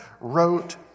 wrote